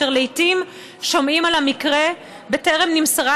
אשר לעיתים שומעים על המקרה בטרם נמסרה